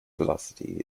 velocity